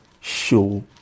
show